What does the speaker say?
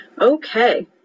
Okay